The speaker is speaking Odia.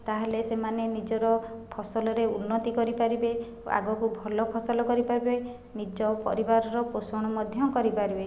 ତାହେଲେ ସେମାନେ ନିଜର ଫସଲରେ ଉନ୍ନତି କରିପାରିବେ ଆଗକୁ ଭଲ ଫସଲ କରିପାରିବେ ନିଜ ପରିବାରର ପୋଷଣ ମଧ୍ୟ କରିପାରିବେ